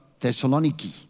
Thessaloniki